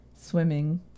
swimming